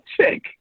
check